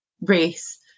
race